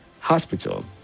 hospital